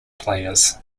players